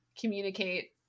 communicate